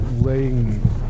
Laying